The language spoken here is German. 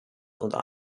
unter